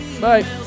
Bye